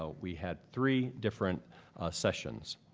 ah we had three different sessions.